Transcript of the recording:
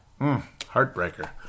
Heartbreaker